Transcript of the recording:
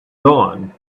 dawn